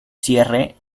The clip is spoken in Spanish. cierre